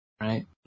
right